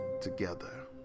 together